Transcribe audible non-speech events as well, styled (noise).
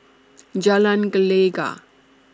(noise) Jalan Gelegar